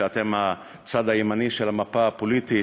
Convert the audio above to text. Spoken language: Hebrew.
שאתם הצד הימני של המפה הפוליטית.